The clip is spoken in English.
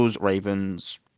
Ravens